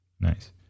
Nice